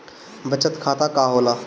बचत खाता का होला?